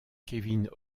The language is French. kevin